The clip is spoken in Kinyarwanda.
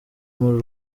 muri